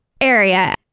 area